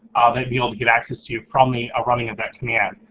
they'd be able to get access to, probably, a running of that command.